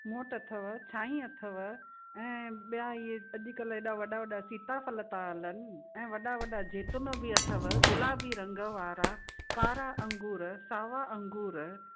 मूं वटि अथव छांई अथव ऐं ॿिया इहे अॼु कल्ह एॾा वॾा वॾा सीताफ़ल था हलनि ऐं वॾा वॾा जैतून बि अथव गुलाबी रंग वारा कारा अंगूर सावा अंगूर